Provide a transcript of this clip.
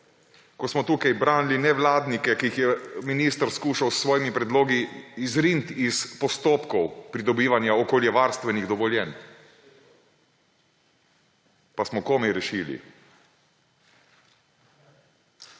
ko smo tukaj braniti nevladnike, ki jih je minister poslušal s svojimi predlogi izriniti iz postopkov pridobivanja okoljevarstvenih dovoljenj, pa smo komaj rešili.